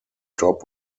top